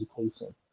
education